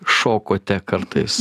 šokote kartais